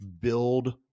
Build